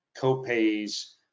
copays